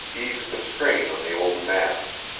ease the strain on the old masts.